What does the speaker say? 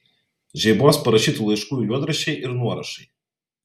žeibos parašytų laiškų juodraščiai ir nuorašai